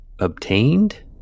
obtained